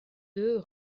deux